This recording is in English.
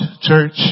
church